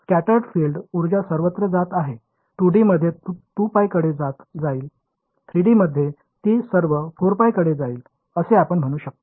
तर scattered field उर्जा सर्वत्र जात आहे 2D मध्ये 2 पाय कडे जाईल 3D मध्ये ती संपूर्ण 4 पाय कडे जाईल असे आपण म्हणू शकतो